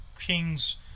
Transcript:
King's